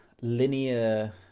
linear